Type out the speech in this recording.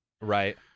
Right